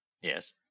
Yes